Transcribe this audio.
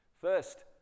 first